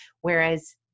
Whereas